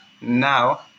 now